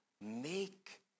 make